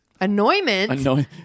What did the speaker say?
Annoyment